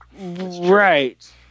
Right